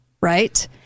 right